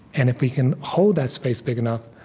and if we can hold that space big enough,